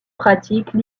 pratique